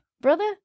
brother